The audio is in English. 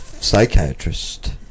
psychiatrist